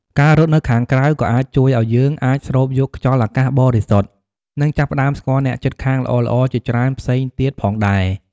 ការរត់នៅខាងក្រៅក៏អាចជួយឲ្យយើងអាចស្រូបយកខ្យល់អាកាសបរិសុទ្ធ និងចាប់ផ្ដើមស្គាល់អ្នកជិតខាងល្អៗជាច្រើនផ្សេងទៀតផងដែរ។